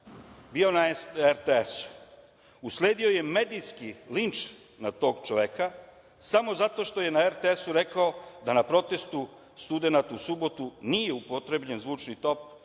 bio na RTS usledio je medijski linč na tog čoveka samo zato što je na RTS rekao da na protestu studenata u subotu nije upotrebljen zvučni top